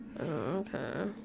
okay